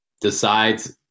decides